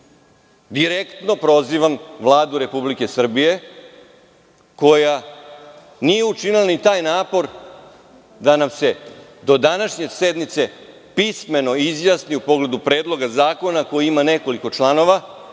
direktno prozivam Vladu Republike Srbije koja nije učinila ni taj napor da nam se do današnje sednice pismeno izjasni u pogledu Predloga zakona koji ima nekoliko članova.